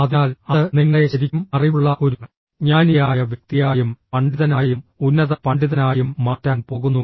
അതിനാൽ അത് നിങ്ങളെ ശരിക്കും അറിവുള്ള ഒരു ജ്ഞാനിയായ വ്യക്തിയായും പണ്ഡിതനായും ഉന്നത പണ്ഡിതനായും മാറ്റാൻ പോകുന്നു